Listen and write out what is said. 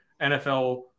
NFL